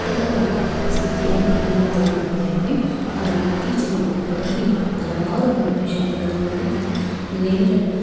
ಕಷ್ಟದ ಒಂದು ಸ್ಥಿತಿಯಲ್ಲಿ ನೀರನ್ನು ತೊಗೊಂಡ್ಬರ್ತಾ ಇದ್ವಿ ಆದರೆ ಇತ್ತೀಚಿನ ದಿನಗಳಲ್ಲಿ ಹಲವಾರು ಅನ್ವೇಷಣೆಗಳ ಮೂಲಕ ನೀರನ್ನು